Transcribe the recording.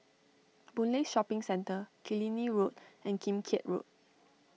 Boon Lay Shopping Centre Killiney Road and Kim Keat Road